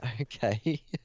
Okay